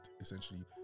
essentially